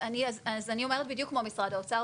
אני אומרת בדיוק כמו משרד האוצר,